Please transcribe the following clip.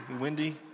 Wendy